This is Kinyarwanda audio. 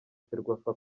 ferwafa